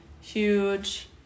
Huge